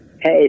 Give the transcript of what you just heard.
Hey